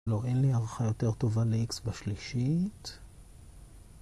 לא, אין לי הערכה יותר טובה ל-x בשלישית.